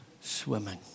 swimming